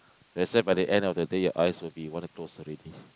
that's why by the end of the day your eyes will be wanna close already